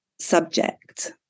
subject